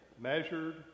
measured